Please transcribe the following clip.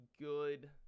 good